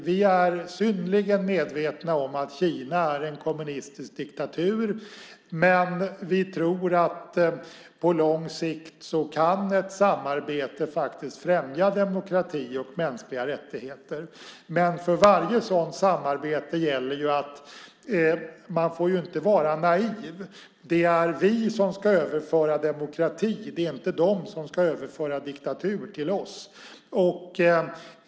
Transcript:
Vi är synnerligen medvetna om att Kina är en kommunistisk diktatur, men vi tror att ett samarbete på lång sikt faktiskt kan främja demokrati och mänskliga rättigheter. Men för varje sådant samarbete gäller ju att man inte får vara naiv. Det är vi som ska överföra demokrati. Det är inte de som ska överföra diktatur till oss.